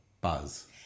buzz